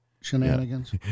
shenanigans